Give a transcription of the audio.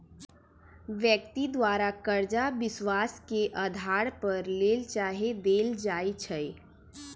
व्यक्ति द्वारा करजा विश्वास के अधार पर लेल चाहे देल जाइ छइ